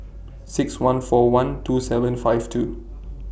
six one four one two seven five two